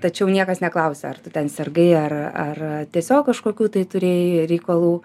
tačiau niekas neklausia ar tu ten sirgai ar ar tiesiog kažkokių tai turėjai reikalų